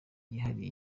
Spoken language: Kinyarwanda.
yihariye